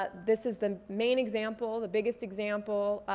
but this is the main example, the biggest example,